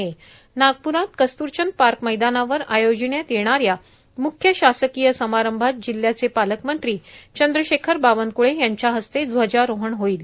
तसंच नागप्रात कस्तूरचंद पार्क मैदानावर आयोजिण्यात येणाऱ्या म्ख्यशासकीय समारंभात जिल्ह्याचे पालकमंत्री चंद्रशेखर बावनक्ळे यांच्या हस्ते ध्वजारोहण होईल